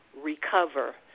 recover